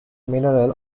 mineral